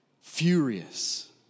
furious